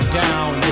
down